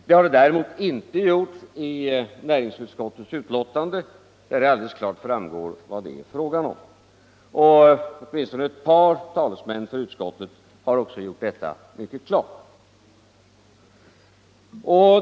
Det har den däremot inte gjort i näringsutskottets betänkande, där det alldeles tydligt framgår vad det är fråga om. Åtminstone ett par talesmän för utskottet har också gjort detta mycket klart.